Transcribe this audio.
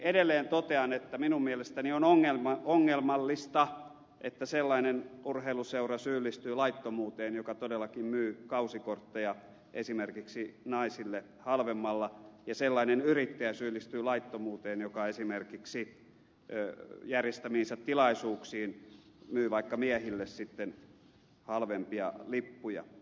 edelleen totean että minun mielestäni on ongelmallista että sellainen urheiluseura syyllistyy laittomuuteen joka todellakin myy kausikortteja esimerkiksi naisille halvemmalla ja sellainen yrittäjä syyllistyy laittomuuteen joka esimerkiksi järjestämiinsä tilaisuuksiin myy vaikka miehille sitten halvempia lippuja